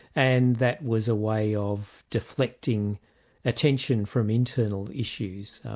and that was a way of deflecting attention from internal issues.